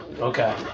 okay